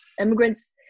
immigrants